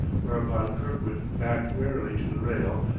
whereupon kirkwood backed warily to the rail,